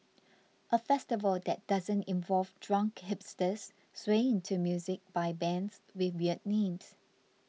a festival that doesn't involve drunk hipsters swaying to music by bands with weird names